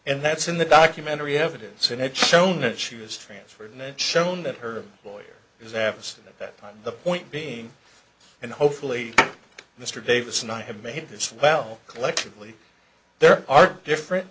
and that's in the documentary evidence and it shown that she was transferred and shown that her lawyer has asked that the point being and hopefully mr davis and i have made this well collectively there are different